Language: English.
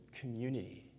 community